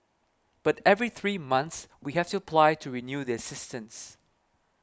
but every three months we have to apply to renew the assistance